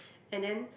and then